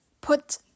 put